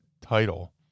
title